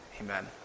Amen